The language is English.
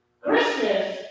Christmas